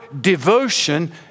devotion